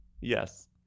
Yes